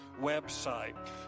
website